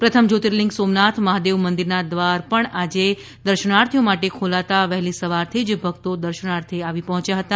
પ્રથમ જ્યોર્તિલિંગ સોમનાથ મહાદેવ મંદિરના દ્વાર પણ આજે દર્શનાર્થીઓ માટે ખોલાતાં વહેલી સવારથી ભક્તો દર્શાનાર્થે ઉમટ્યા હતા